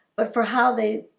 but for how they